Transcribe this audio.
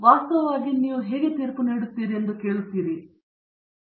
ವಾಸ್ತವವಾಗಿ ನೀವು ಹೇಗೆ ತೀರ್ಪು ನೀಡುತ್ತೀರಿ ಎಂದು ಕೇಳುತ್ತಿದ್ದೀರಾ